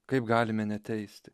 kaip galime neteisti